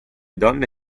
donne